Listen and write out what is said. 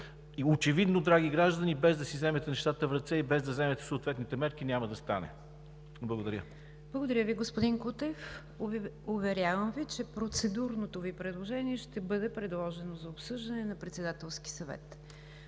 очевидно драги граждани, без да си вземете нещата в ръце и без да вземете съответните мерки, няма да стане. Благодаря. ПРЕДСЕДАТЕЛ НИГЯР ДЖАФЕР: Благодаря Ви, господин Кутев. Уверявам Ви, че процедурното Ви предложение ще бъде предложено за обсъждане на Председателски съвет.